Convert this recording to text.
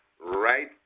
right